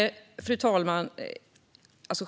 Fru talman!